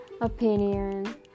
opinion